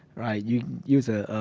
right, you use a, a,